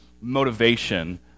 motivation